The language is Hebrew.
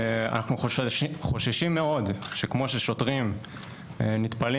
אנחנו חוששים מאוד שכמו ששוטרים נטפלים